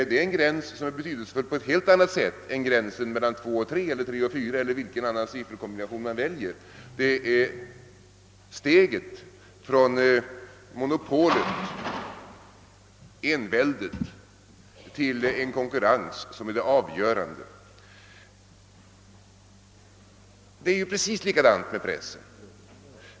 Det är en gräns som är betydelsefull på ett helt annat sätt än gränsen mellan två och tre eller tre och fyra eller vilken sifferkombination man än väljer. Det är steget från monopolet, enväldet, till en konkurrens som är det avgörande. Det förhåller sig precis likadant med pressen.